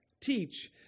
Teach